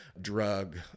drug